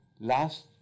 last